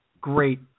great